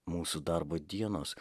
mūsų darbo dienos